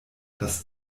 das